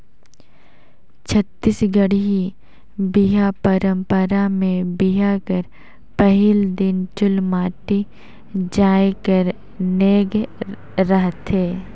छत्तीसगढ़ी बिहा पंरपरा मे बिहा कर पहिल दिन चुलमाटी जाए कर नेग रहथे